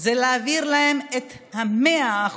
זה להעביר להם את ה-100%